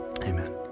Amen